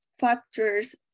factors